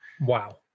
wow